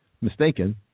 mistaken